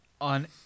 on